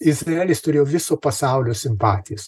izraelis turėjo viso pasaulio simpatijas